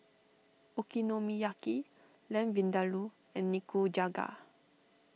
Okonomiyaki Lamb Vindaloo and Nikujaga